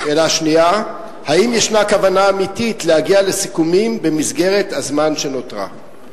2. האם יש כוונה אמיתית להגיע לסיכומים במסגרת הזמן שנותרה?